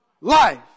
life